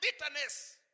bitterness